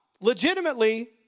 Legitimately